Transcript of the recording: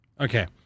Okay